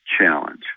challenge